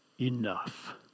enough